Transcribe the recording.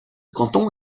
canton